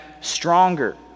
stronger